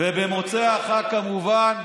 ובמוצאי החג, כמובן,